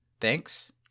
Thanks